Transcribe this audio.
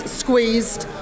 squeezed